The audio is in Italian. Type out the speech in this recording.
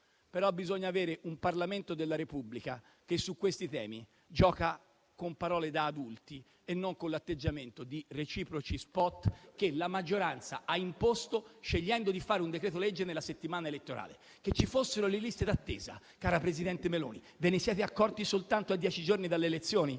però bisogna avere un Parlamento della Repubblica che su questi temi gioca con parole da adulti e non con l'atteggiamento di reciproci *spot* che la maggioranza ha imposto, scegliendo di fare un decreto-legge nella settimana elettorale. Che ci fossero le liste d'attesa, cara Presidente Meloni, ve ne siete accorti soltanto a dieci giorni dalle elezioni?